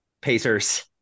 pacers